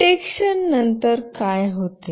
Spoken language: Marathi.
डिटेक्टशन नंतर काय होते